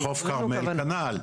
חוף כרמל כנ"ל,